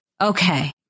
okay